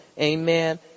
amen